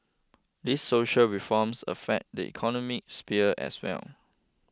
these social reforms affect the economy sphere as well